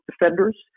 defenders